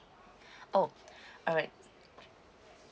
oh alright